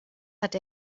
hat